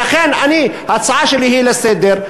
לכן ההצעה שלי היא לסדר.